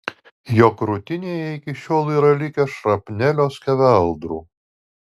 jo krūtinėje iki šiol yra likę šrapnelio skeveldrų